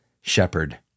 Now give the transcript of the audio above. Shepherd